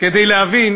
כדי להבין